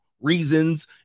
reasons